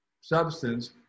substance